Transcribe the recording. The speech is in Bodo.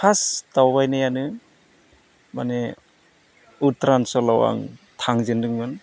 फार्स्ट दावबायनायानो माने उत्तारन्सलाव आं थांजेनदोंमोन